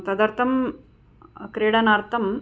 तदर्थं क्रीडनार्थंम्